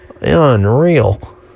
Unreal